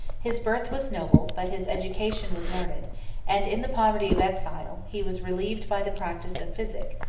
his birth was noble, but his education was learned and in the poverty of exile, he was relieved by the practice of physic,